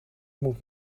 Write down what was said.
moet